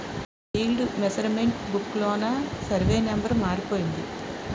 field measurement book లోన survey number మారిపోయింది